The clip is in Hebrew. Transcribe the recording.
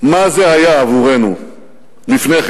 מה זה היה עבורנו לפני כן.